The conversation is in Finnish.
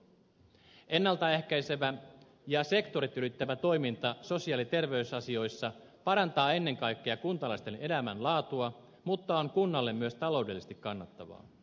ennalta ehkäisevä ja sektorit ylittävä toiminta sosiaali ja terveysasioissa parantaa ennen kaikkea kuntalaisten elämänlaatua mutta on kunnalle myös taloudellisesti kannattavaa